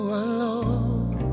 alone